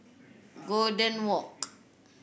Golden Walk